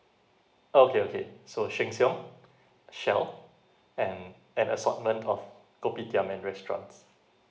oh okay okay so sheng siong shell and an assortment of kopitiam and restaurant